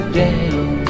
down